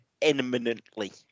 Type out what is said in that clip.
Imminently